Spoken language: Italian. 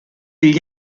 gli